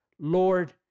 Lord